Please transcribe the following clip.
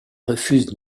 refuse